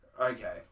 Okay